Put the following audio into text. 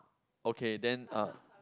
okay then uh